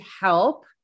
help